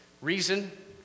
reason